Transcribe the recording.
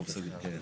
כן.